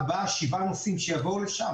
ארבעה או שבעה נוסעים שיבואו לשם?